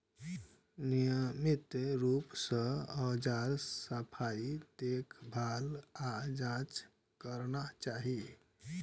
नियमित रूप सं औजारक सफाई, देखभाल आ जांच करना चाही